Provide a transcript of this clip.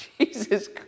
Jesus